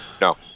No